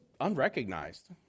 unrecognized